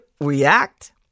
react